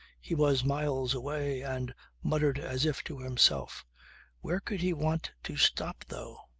he was miles away and muttered as if to himself where could he want to stop though?